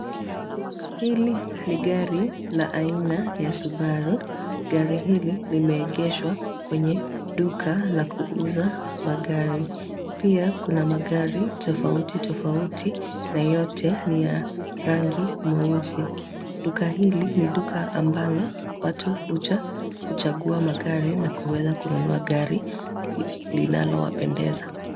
Hili ni gari la aina ya Subaru. Gari hili limeegeshwa kwenye duka la kuuza magari. Pia kuna magari tofauti tofauti na yote ni ya rangi mweusi. Duka hili ni duka ambalo watu huja kuchagua magari na kuweza kununua gari linalo wapendeza.